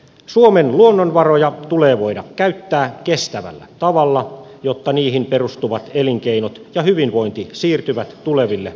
suomen luonnonvaroja tulee voida käyttää kestävällä tavalla jotta niihin perustuvat elinkeinot ja hyvinvointi siirtyvät tuleville sukupolville